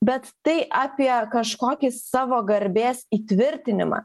bet tai apie kažkokį savo garbės įtvirtinimą